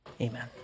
Amen